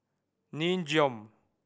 Nin Jiom